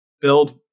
build